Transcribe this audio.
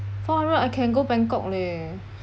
four hundred I can go bangkok leh